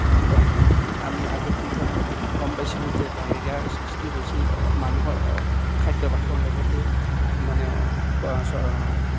কম হয় আমি আগৰ দিনত আমি গম পাইছিলো যে ডায়েৰীয়াৰ সৃষ্টি হৈছিল মানুহৰ খাদ্যভাসৰ লগতে মানে